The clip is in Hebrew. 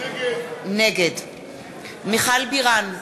נגד מיכל בירן,